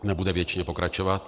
Nebude věčně pokračovat.